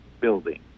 building